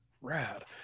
Rad